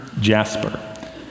jasper